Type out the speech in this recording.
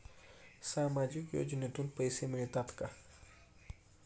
सामाजिक योजनेतून पैसे मिळतात का?